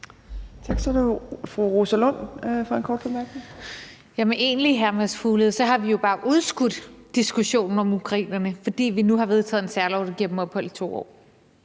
Tak. Så er det fru Rosa Lund for en kort bemærkning. Kl. 15:37 Rosa Lund (EL): Jamen egentlig, hr. Mads Fuglede, har vi jo bare udskudt diskussionen om ukrainerne, fordi vi nu har vedtaget en særlov, der giver dem ophold i 2 år.